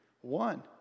One